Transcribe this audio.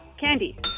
Candy